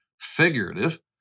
figurative